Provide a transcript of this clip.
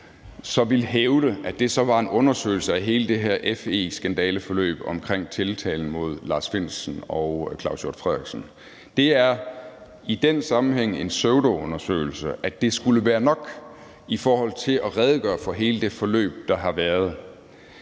så vil hævde, at det så var en undersøgelse af hele det her FE-skandaleforløb omkring tiltalen mod Lars Findsen og Claus Hjort Frederiksen. Det er i den sammenhæng en pseudoundersøgelse, at det skulle være nok i forhold til at redegøre for hele det forløb, der har været.